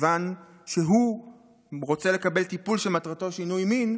מכיוון שהוא רוצה לקבל טיפול שמטרתו שינוי מין,